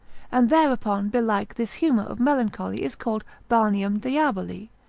and thereupon belike this humour of melancholy is called balneum diaboli,